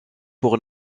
pour